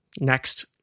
next